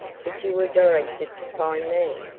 but you were directed to find me,